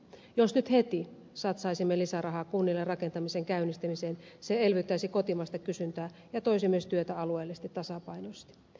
jos nyt heti satsaisimme lisärahaa kunnille rakentamisen käynnistämiseen se elvyttäisi kotimaista kysyntää ja toisi myös työtä alueellisesti tasapainoisesti